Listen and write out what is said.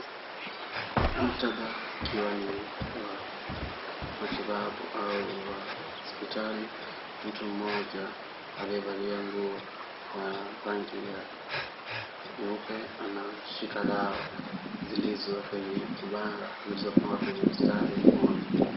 Muktadha ukiwa ni wa matibabu au hospitali. Mtu mmoja aliyevalia nguo ya rangi ya nyeupe anashika dawa zilizo kwenye kibanda, zilizopangwa kwenye mstari mmoja.